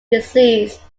disease